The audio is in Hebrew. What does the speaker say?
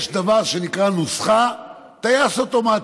יש דבר שנקרא נוסחה, טייס אוטומטי.